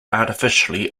artificially